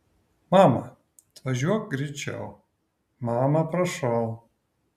mama atvažiuok greičiau mama prašau